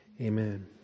amen